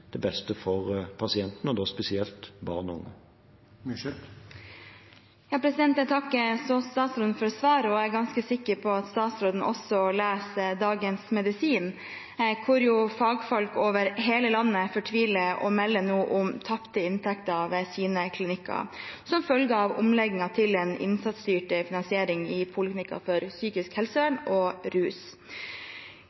beste for pasientene, spesielt barn og unge. Jeg takker statsråden for svaret. Jeg er ganske sikker på at også statsråden leser Dagens Medisin, hvor fagfolk over hele landet fortviler og nå melder om tapte inntekter ved sine klinikker som følge av omleggingen til en innsatsstyrt finansiering i poliklinikker for psykisk helsevern